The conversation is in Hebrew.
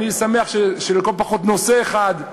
אני שמח שלכל הפחות נושא אחד,